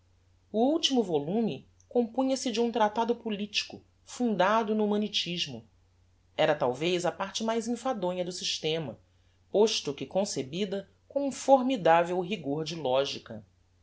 o ultimo volume compunha-se de um tratado politico fundado no humanitismo era talvez a parte mais enfadonha do systema posto que concebida com um formidavel rigor de logica